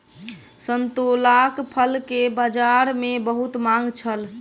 संतोलाक फल के बजार में बहुत मांग छल